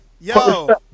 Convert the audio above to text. yo